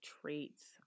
traits